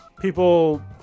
people